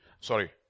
Sorry